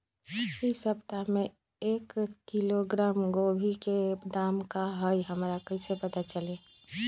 इ सप्ताह में एक किलोग्राम गोभी के दाम का हई हमरा कईसे पता चली?